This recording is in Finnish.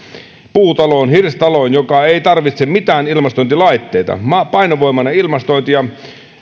puutaloon hirsitaloon joka ei tarvitse mitään ilmastointilaitteita painovoimainen ilmanvaihto ja